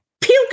puke